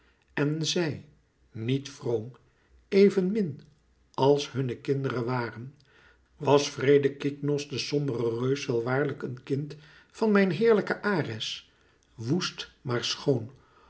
en zij niet vroom even min als hunne kinderen waren was wreede kyknos de sombere reus wel waarlijk een kind van mijn heerlijken ares woest maar schoon